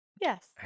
Yes